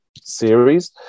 series